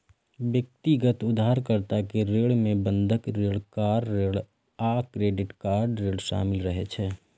व्यक्तिगत उधारकर्ता के ऋण मे बंधक ऋण, कार ऋण आ क्रेडिट कार्ड ऋण शामिल रहै छै